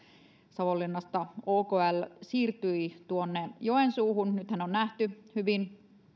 savonlinnasta okl siirtyi tuonne joensuuhun nythän on nähty hyvin